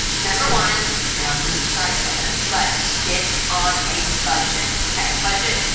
number one, you're not gonna be surprised by this, but get on a budget. okay, a budget,